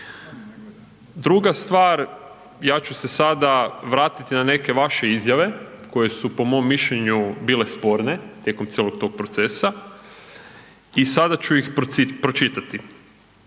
Druga stvar. Ja ću se sada vratiti na neke vaše izjave koje su po mom mišljenju bile sporne tijekom cijelog tog procesa i sada ću ih pročitati.